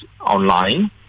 online